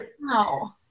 No